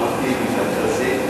מהותי ומרכזי,